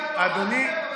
עד עכשיו רק אמרת שהיה תקדים,